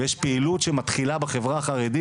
ויש פעילות שמתחילה בחברה החרדית,